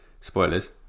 Spoilers